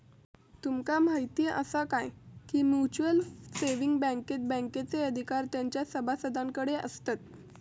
तुमका म्हायती आसा काय, की म्युच्युअल सेविंग बँकेत बँकेचे अधिकार तेंच्या सभासदांकडे आसतत